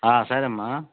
సరేమ్మా